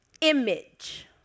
image